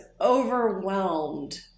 overwhelmed